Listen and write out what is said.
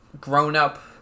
grown-up